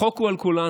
החוק הוא על כולנו,